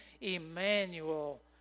Emmanuel